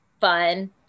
fun